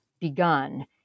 begun